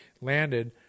Landed